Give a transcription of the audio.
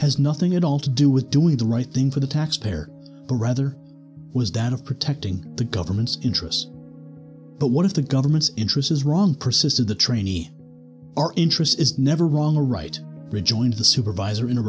has nothing at all to do with doing the right thing for the taxpayer rather was that of protecting the government's interest but what if the government's interest is wrong persisted the trainee our interest is never wrong or right rejoined the supervisor in a